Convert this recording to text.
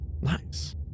Nice